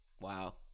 Wow